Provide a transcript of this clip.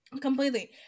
Completely